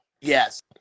Yes